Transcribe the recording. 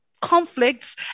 conflicts